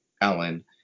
Ellen